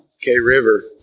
K-River